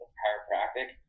chiropractic